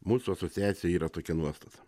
mūsų asociacijoj yra tokia nuostata